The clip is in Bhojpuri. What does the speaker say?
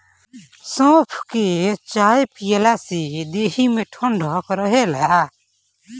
सौंफ के चाय पियला से देहि में ठंडक रहेला